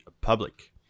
public